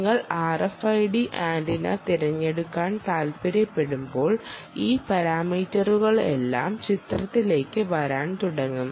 നിങ്ങൾ RFID antenna തിരഞ്ഞെടുക്കാൻ താൽപ്പര്യപ്പെടുമ്പോൾ ഈ പരാമീറ്ററുകളെല്ലാം ചിത്രത്തിലേക്ക് വരാൻ തുടങ്ങും